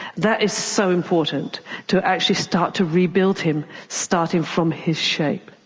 that is so important to actually start to rebuild him, starting from his shape.